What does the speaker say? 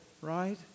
right